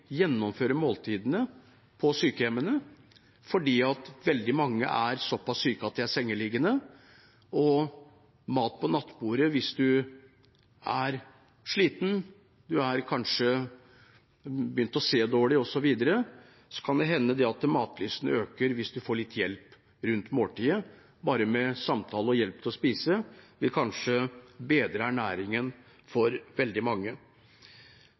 måltidene på sykehjemmene, for veldig mange er såpass syke at de er sengeliggende og får mat på nattbordet, og hvis man er sliten og kanskje har begynt å se dårlig osv., kan det hende at matlysten øker hvis man får litt hjelp rundt måltidet. Bare samtale og hjelp til å spise vil kanskje bedre problemene rundt ernæring for veldig mange.